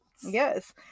Yes